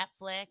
Netflix